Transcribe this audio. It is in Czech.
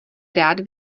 rád